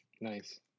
nice